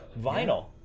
Vinyl